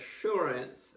assurance